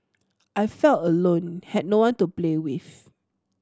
I felt alone had no one to play with